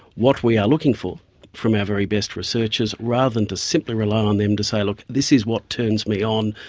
what we are looking for from our very best researchers rather than just simply rely on them to say, look, this is what turns me on,